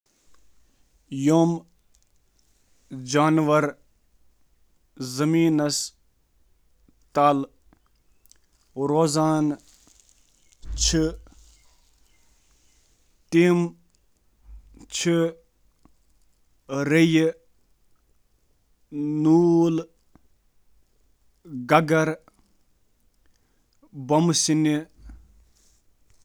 واریاہ جانور چِھ یم زیر زمین روزان چِھ کینٛہہ چِھ فہرستس منٛز۔ مولز، کیمہٕ، مول ریٹس تہٕ باقی واریاہ جانور یم زیر زمین روزان چِھ۔